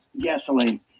gasoline